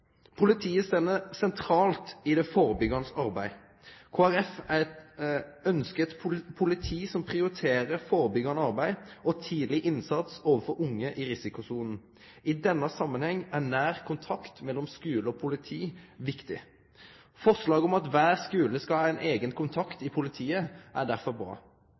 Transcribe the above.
Politiet står sentralt i det førebyggjande arbeidet. Kristeleg Folkeparti ønskjer eit politi som prioriterer førebyggjande arbeid og tidleg innsats overfor unge i risikosona. I denne samanhengen er nær kontakt mellom skule og politi viktig. Forslaget om at kvar skule skal ha ein eigen kontakt i politiet, er derfor bra.